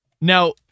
Now